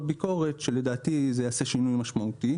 ביקורת שלדעתי זה יעשה שינוי משמעותי.